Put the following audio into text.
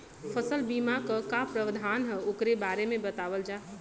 फसल बीमा क का प्रावधान हैं वोकरे बारे में बतावल जा?